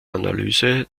analyse